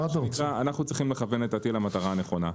אנחנו צריכים לכוון למטרה הנכונה.